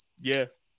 Yes